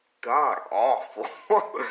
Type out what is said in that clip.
god-awful